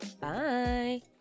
Bye